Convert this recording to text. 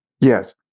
Yes